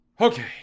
Okay